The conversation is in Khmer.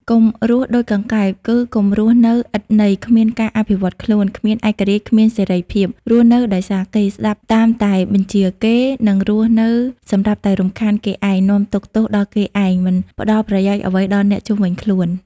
កុំរស់ដូចកង្កែប គឺកុំរស់នៅឥតន័យ គ្មានការអភិវឌ្ឍខ្លួន គ្មានឯករាជ្យ គ្មានសេរីភាព រស់នៅដោយសារគេ ស្តាប់តាមតែបញ្ជារគេ និងរស់នៅសម្រាប់តែរំខានគេឯង នាំទុក្ខទោសដល់គេឯង មិនផ្តល់ប្រយោជន៍អ្វីដល់អ្នកជុំវិញខ្លួន ។